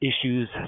issues